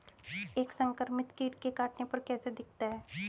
एक संक्रमित कीट के काटने पर कैसा दिखता है?